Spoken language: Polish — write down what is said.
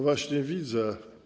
Właśnie widzę.